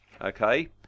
okay